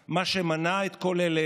מה שאתם רוצים.